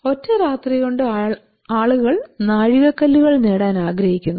ഒറ്റരാത്രികൊണ്ട് ആളുകൾ നാഴികക്കല്ലുകൾ നേടാൻ ആഗ്രഹിക്കുന്നു